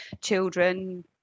children